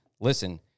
listen